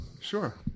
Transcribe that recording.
Sure